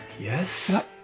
Yes